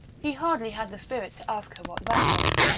he hardly had the spirit to ask her what that was.